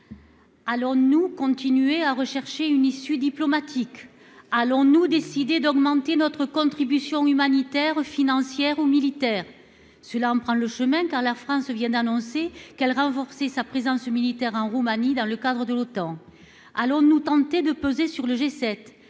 Allons-nous continuer à rechercher une issue diplomatique ? Allons-nous décider d'augmenter notre contribution humanitaire, financière ou militaire ? Cela en prend le chemin, puisque la France vient d'annoncer qu'elle renforçait sa présence militaire en Roumanie dans le cadre de l'Otan. Allons-nous tenter de peser sur le G7 ?